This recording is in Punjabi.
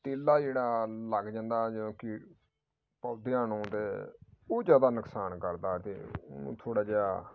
ਤੇਲਾ ਜਿਹੜਾ ਲੱਗ ਜਾਂਦਾ ਜਿਹੜਾ ਕੀਟ ਪੌਦਿਆਂ ਨੂੰ ਅਤੇ ਉਹ ਜ਼ਿਆਦਾ ਨੁਕਸਾਨ ਕਰਦਾ ਅਤੇ ਉਹਨੂੰ ਥੋੜ੍ਹਾ ਜਿਹਾ